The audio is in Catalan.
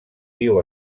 viu